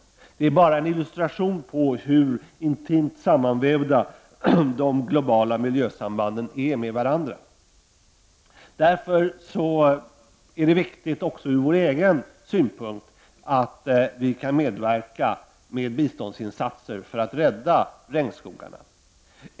Detta är bara en illustration på hur intimt sammanvävda de globala miljösambanden är med varandra. Därför är det viktigt också ur vår egen synpunkt att göra biståndsinsatser för att rädda regnskogarna.